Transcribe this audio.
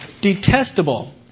detestable